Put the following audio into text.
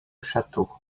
château